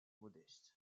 modeste